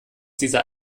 dieser